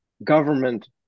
government